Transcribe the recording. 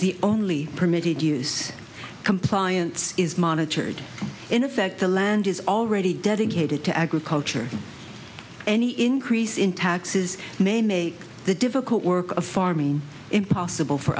the only permitted use compliance is monitored in effect the land is already dedicated to agriculture any increase in taxes may make the difficult work of farming impossible for